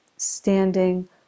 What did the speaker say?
standing